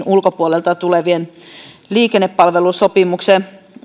ulkopuolelta wienin liikennepalvelusopimuksen